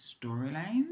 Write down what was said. storylines